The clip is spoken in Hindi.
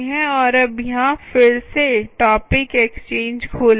और अब यहाँ फिर से टॉपिक एक्सचेंज खोलें